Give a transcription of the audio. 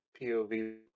POV